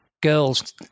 girls